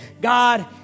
God